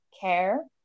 Care